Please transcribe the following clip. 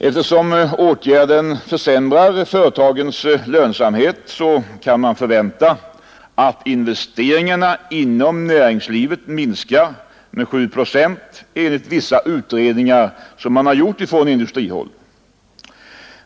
Eftersom åtgärden försämrar företagens lönsamhet, kan man förvänta att investeringarna inom näringslivet minskar med 7 procent, enligt vissa utredningar som gjorts på industrihåll.